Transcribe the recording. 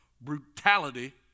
brutality